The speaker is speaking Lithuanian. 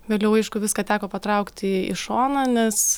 vėliau aišku viską teko patraukti į šoną nes